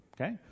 okay